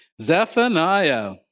Zephaniah